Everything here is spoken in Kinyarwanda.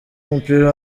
w’umupira